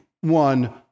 one